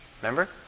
Remember